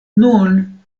nun